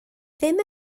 ddim